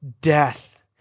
death